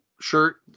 shirt